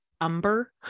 umber